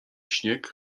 śnieg